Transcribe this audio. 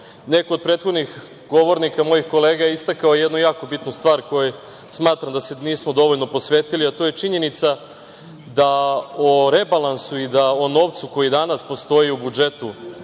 od prethodnih govornika, mojih kolega, istakao je jednu jako bitnu stvar kojoj se nismo dovoljno posvetili, a to je činjenica da o rebalansu i o novcu koji danas postoji u budžetu